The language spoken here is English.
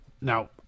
Now